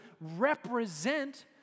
represent